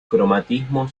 cromatismo